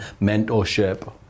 mentorship